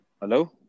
Hello